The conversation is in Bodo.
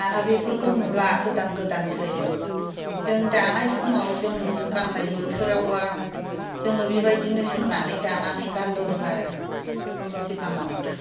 दाना बेफोरखौ नुला गोदान गोदानसै जों दानाय समाव जों गाननाय बोथोरावबा जोङो बेबायदिनो सोंनानै दानानै गानबोदों आरो सिगाङाव